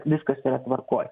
viskas yra tvarkoj